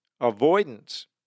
avoidance